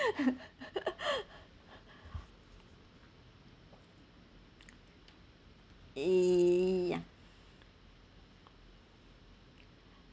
ya